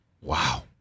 Wow